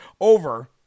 over